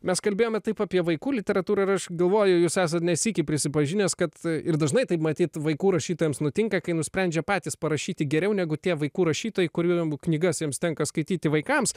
mes kalbėjome taip apie vaikų literatūrą aš galvoju jūs esat ne sykį prisipažinęs kad ir dažnai taip matyt vaikų rašytojams nutinka kai nusprendžia patys parašyti geriau negu tie vaikų rašytojai kurių knygas jiems tenka skaityti vaikams